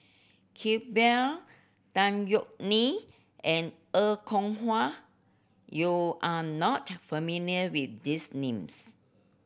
Iqbal Tan Yeok Nee and Er Kwong Wah you are not familiar with these names